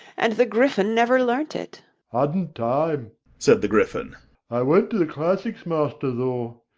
and the gryphon never learnt it hadn't time said the gryphon i went to the classics master, though.